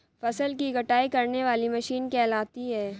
फसल की कटाई करने वाली मशीन कहलाती है?